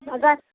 اگر